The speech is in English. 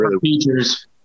features